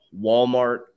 Walmart